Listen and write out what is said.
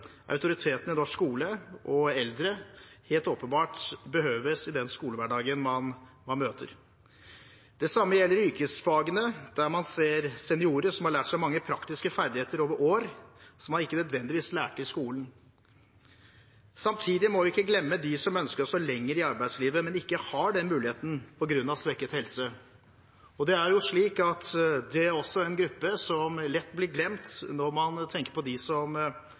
behøves i norsk skole, i den skolehverdagen man møter. Det samme gjelder i yrkesfagene, der man ser seniorer som har lært seg mange praktiske ferdigheter over år, som man ikke nødvendigvis lærte i skolen. Samtidig må vi ikke glemme dem som ønsker å stå lenger i arbeidslivet, men som ikke har den muligheten på grunn av svekket helse. Det er en gruppe som lett blir glemt når man tenker på dem som